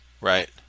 Right